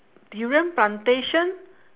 durian plantation